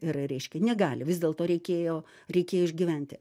yra reiškia negali vis dėlto reikėjo reikėjo išgyventi